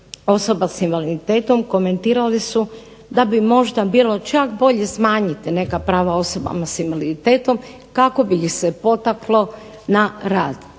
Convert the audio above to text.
osoba sa invaliditetom komentirali su da bi možda bilo čak bolje smanjiti neka prava osobama sa invaliditetom kako bi ih se potaklo na rad.